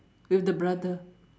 with the brother